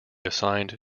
assigned